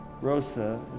Rosa